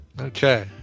okay